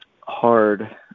hard